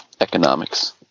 economics